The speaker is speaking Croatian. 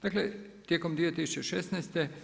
Dakle tijekom 2016.